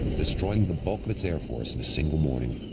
destroying the bulk of its air force in a single morning.